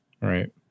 Right